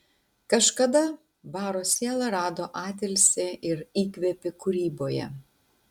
kažkada baro siela rado atilsį ir įkvėpį kūryboje